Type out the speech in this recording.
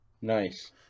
nice